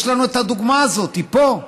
יש לנו את הדוגמה הזאת, היא פה.